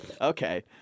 Okay